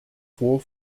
vor